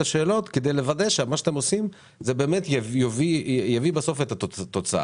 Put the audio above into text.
השאלות כדי לוודא שמה שאתם עושים זה באמת יביא בסוף את התוצאה.